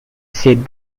said